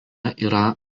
yra